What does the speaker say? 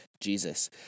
Jesus